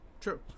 true